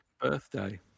birthday